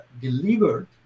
delivered